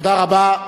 תודה רבה.